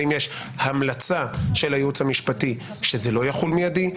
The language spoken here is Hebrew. האם יש המלצה של הייעוץ המשפטי שזה לא יחול מידית?